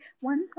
One